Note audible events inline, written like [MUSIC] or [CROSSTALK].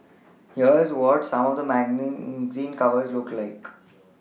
here's what some of the [UNINTELLIGIBLE] zine covers looked like